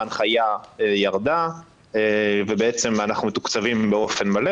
ממש לא ידענו את נפשנו כי כל שקל מאוד